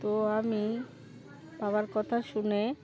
তো আমি বাবার কথা শুনে